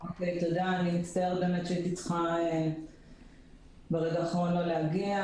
אני מצטערת שברגע האחרון לא יכולתי להגיע,